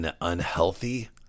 unhealthy